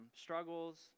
struggles